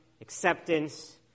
acceptance